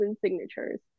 signatures